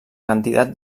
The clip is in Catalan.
candidat